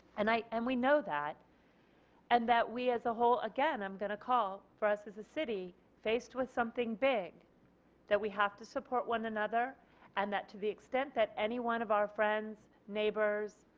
and and we know that and that we as a whole again i am going to call for us as a city faced with something big that we have to support one another and that to the extent that anyone of our friends, neighbors